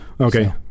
Okay